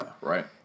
right